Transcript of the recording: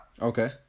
okay